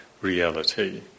reality